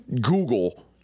google